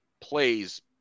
plays